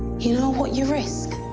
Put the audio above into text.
you know what you risk?